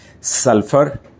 Sulfur